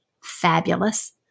fabulous